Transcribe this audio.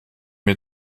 mir